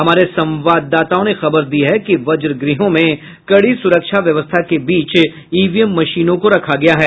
हमारे संवाददाताओं ने खबर दी है कि वजगृहों में कड़ी सुरक्षा व्यवस्था के बीच ईवीएम मशीनों को रखा गया है